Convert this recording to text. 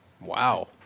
Wow